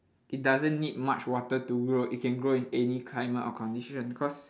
it doesn't need much water to grow it can grow in any climate or condition cause